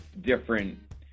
different